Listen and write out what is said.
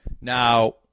Now